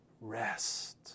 rest